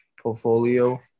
portfolio